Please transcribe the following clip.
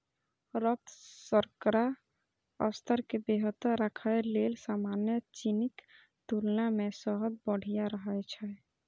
रक्त शर्करा स्तर कें बेहतर राखै लेल सामान्य चीनीक तुलना मे शहद बढ़िया रहै छै